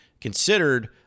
considered